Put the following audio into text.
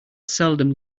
seldom